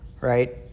right